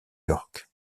york